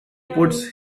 puts